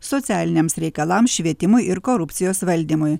socialiniams reikalams švietimui ir korupcijos valdymui